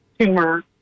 tumor